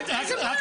איזה ועד?